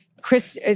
Chris